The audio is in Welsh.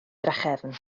drachefn